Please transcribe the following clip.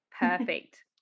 perfect